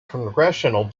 congressional